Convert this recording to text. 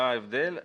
מה ההבדל?